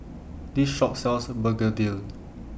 This Shop sells Begedil